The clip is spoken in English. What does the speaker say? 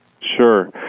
Sure